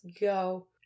go